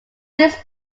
these